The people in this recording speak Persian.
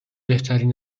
بهترین